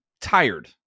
tired